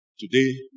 today